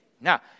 Now